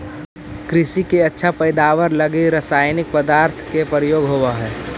कृषि के अच्छा पैदावार लगी रसायनिक पदार्थ के प्रयोग होवऽ हई